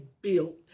built